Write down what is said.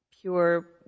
pure